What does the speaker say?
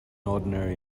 ordinary